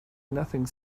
nothing